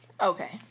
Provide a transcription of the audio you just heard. Okay